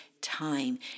time